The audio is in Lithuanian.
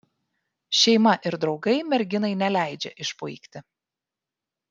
šeima ir draugai merginai neleidžia išpuikti